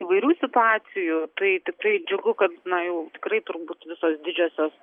įvairių situacijų tai tikrai džiugu kad na jau tikrai turbūt visos didžiosios